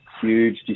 huge